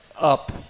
up